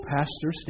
Pastor